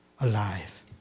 alive